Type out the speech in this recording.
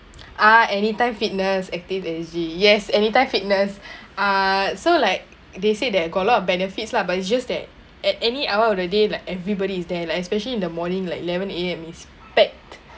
ah Anytime Fitness ActiveSG yes Anytime Fitness ah so like they said that got a lot of benefits lah but it's just that at any hour of the day like everybody is there like especially in the morning like eleven A_M is packed